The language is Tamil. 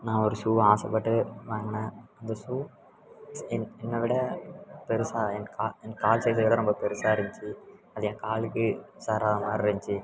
நான் ஒரு ஷூவு ஆசைப்பட்டு வாங்கினேன் அந்த ஷூ என் என்னை விட பெருசாக என் என் கால் சைஸை விட ரொம்ப பெருசாக இருந்துச்சி அது என் காலுக்கு சேராத மாதிரி இருந்துச்சி